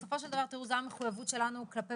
בסופו של דבר זו המחויבות שלנו כלפי